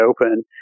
open